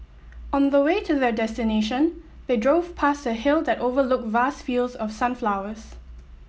on the way to their destination they drove past a hill that overlooked vast fields of sunflowers